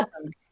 awesome